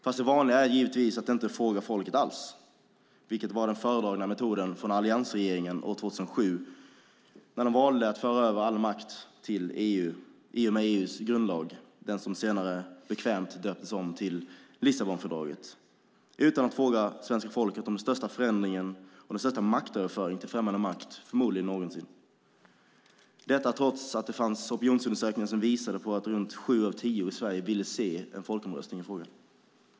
Fast det vanliga är givetvis att inte fråga folket alls, vilket var den föredragna metoden från alliansregeringen år 2007 då den valde att föra över all makt till EU i och med EU:s grundlag - den som senare bekvämt döptes om till Lissabonfördraget. Detta gjorde man utan att fråga svenska folket om den största förändringen och den förmodligen största maktöverföringen till främmande makt någonsin. Detta gjordes trots att det fanns opinionsundersökningar som visade att runt sju av tio i Sverige ville se en folkomröstning i frågan.